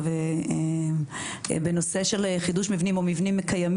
אז סדרי העדיפויות שלנו קודם כל זה מבנים גדולים,